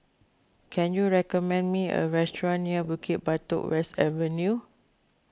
can you recommend me a restaurant near Bukit Batok West Avenue